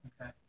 okay